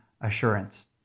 assurance